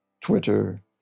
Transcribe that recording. Twitter